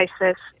ISIS